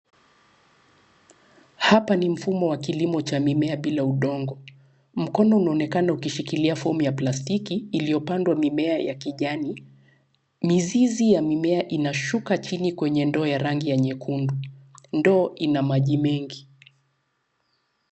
Hapa ni mfumo wa kilimo cha mimea bila udongo. Mkono unaonekana ukishikilia fomu ya plastiki iliyopandwa mimea ya kijani. Mizizi ya mimea inashuka chini kwenye ndoo ya rangi ya nyekundu. Ndoo ina maji mengi.